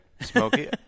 Smoky